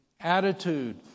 attitude